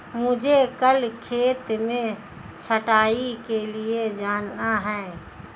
मुझे कल खेत में छटाई के लिए जाना है